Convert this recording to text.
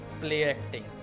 play-acting